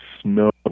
snow